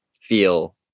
feel